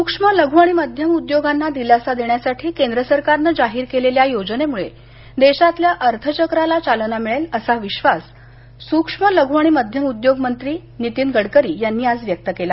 सूक्ष्म लघु आणि मध्यम उद्योगांना दिलासा देण्यासाठी केंद्र सरकारनं जाहीर केलेल्या योजनेमुळे देशातल्या अर्थचक्राला चालना मिळेल असा विश्वास सूक्ष्म लघु आणि मध्यम उद्योग मंत्री नितीन गडकरी यांनी आज व्यक्त केला